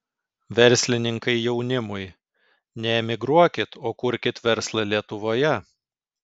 verslininkai jaunimui neemigruokit o kurkit verslą lietuvoje